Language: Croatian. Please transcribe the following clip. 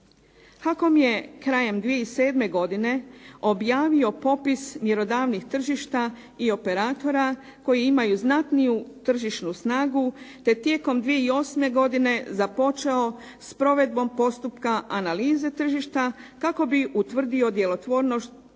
HAKOM je krajem 2007. godine objavio popis mjerodavnih tržišta i operatora koji imaju znatniju tržišnu snagu te tijekom 2008. godine započeo s provedbom postupka analize tržišta kako bi utvrdio djelotvornost